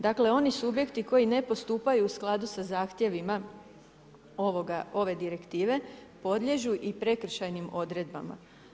Dakle, oni subjekti koji ne postupaju u skladu sa zahtjevima ove direktive, podliježu i prekršajnim odredbama.